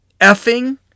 effing